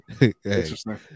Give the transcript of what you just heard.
Interesting